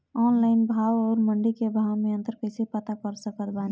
Online भाव आउर मंडी के भाव मे अंतर कैसे पता कर सकत बानी?